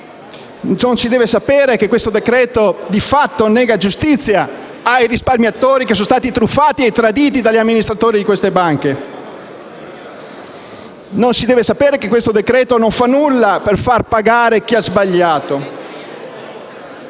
Non si deve sapere che il decreto-legge, di fatto, nega giustizia ai risparmiatori, truffati e traditi dagli amministratori di queste due banche. Non si deve sapere che il decreto-legge non fa nulla per far pagare chi ha sbagliato